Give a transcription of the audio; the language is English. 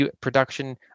production